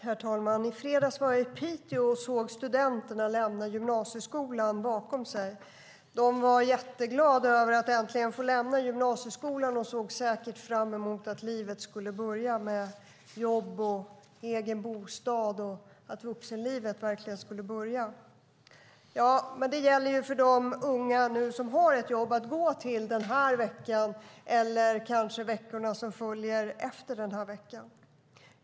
Herr talman! I fredags var jag i Piteå och såg studenterna lämna gymnasieskolan bakom sig. De var jätteglada över att äntligen få lämna gymnasieskolan och såg säkert fram emot att livet skulle börja, med jobb och egen bostad, att vuxenlivet verkligen skulle börja. Ja, men det gäller för de unga som nu har ett jobb att gå till denna vecka eller veckorna som följer.